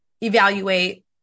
evaluate